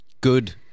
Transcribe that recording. Good